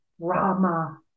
Rama